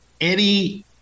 Eddie